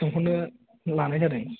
सोंहरनो लानाय जादों